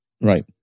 right